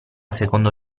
secondo